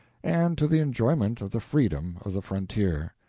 and to the enjoyment of the freedom of the frontier.